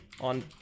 on